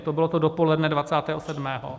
To bylo dopoledne dvacátého sedmého.